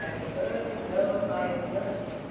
as a bird is known by its note